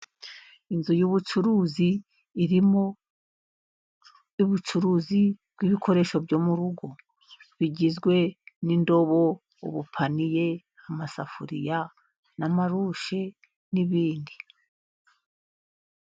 Inzu y'ubucuruzi irimo ubucuruzi bw'ibikoresho byo mu rugo ,bigizwe: n'indobo ,ubupaniiye ,amasafuriya n'amarushe n'ibindi.